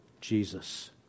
Jesus